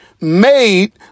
made